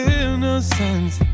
innocence